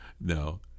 No